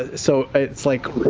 ah so it's like